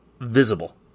visible